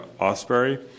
Osberry